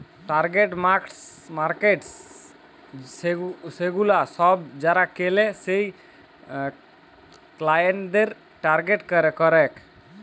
target markets সেগুলা সব যারা কেলে সেই ক্লায়েন্টদের টার্গেট করেক